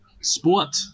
Sport